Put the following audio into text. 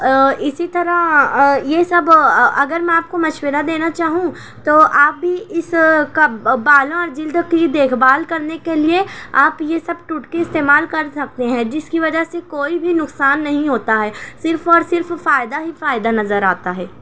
اسی طرح یہ سب اگر میں آپ کو مشورہ دینا چاہوں تو آپ بھی اس کب بالوں اور جلد کی دیکھ بھال کرنے کے لیے آپ یہ سب ٹوٹکے استعمال کر سکتے ہیں جس کی وجہ سے کوئی بھی نقصان نہیں ہوتا ہے صرف اور صرف فائدہ ہی فائدہ نظر آتا ہے